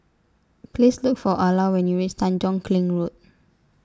Please Look For Ala when YOU REACH Tanjong Kling Road